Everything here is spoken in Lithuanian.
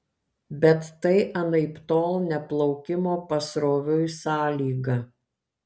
bet tai anaiptol ne plaukimo pasroviui sąlyga